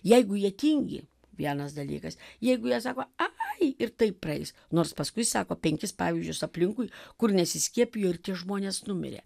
jeigu jie tingi vienas dalykas jeigu jie sako ai ir taip praeis nors paskui sako penkis pavyzdžius aplinkui kur nesiskiepijo ir tie žmonės numirė